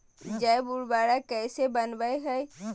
जैव उर्वरक कैसे वनवय हैय?